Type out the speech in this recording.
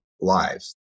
lives